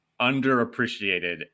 underappreciated